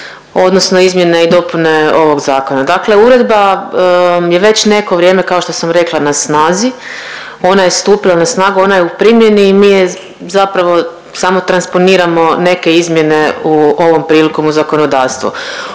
odnosno izmjene i dopune ovog zakona. Dakle, uredba je već neko vrijeme kao što sam rekla na snazi, ona je stupila na snagu, ona je u primjeni i mi je zapravo samo transponiramo neke izmjene ovom prilikom u zakonodavstvo.